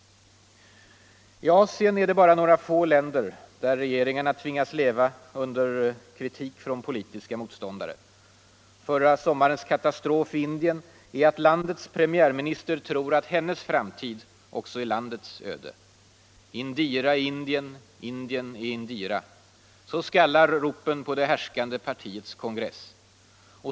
I Asien är det bara några få länder där regeringarna tvingas leva under kritik från politiska motståndare. Förra sommarens katastrof i Indien är att landets premiärminister tror att hennes framtid också är landets öde. ”Indira är Indien, Indien är Indira”, så skallar ropen på det härskande partiets kongress.